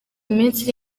minsi